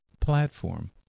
platform